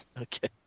Okay